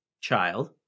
child